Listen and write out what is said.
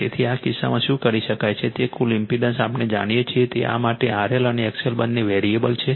તેથી આ કિસ્સામાં શું કરી શકાય તે કુલ ઇમ્પેડન્સ આપણે જાણીએ છીએ કે આ માટે RL અને XL બંને વેરીએબલ છે